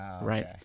Right